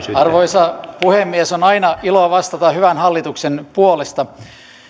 arvoisa puhemies on aina ilo vastata hyvän hallituksen puolesta